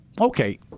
Okay